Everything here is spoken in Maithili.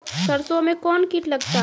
सरसों मे कौन कीट लगता हैं?